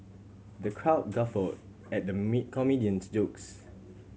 the crowd guffawed at the me comedian's jokes